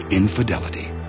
infidelity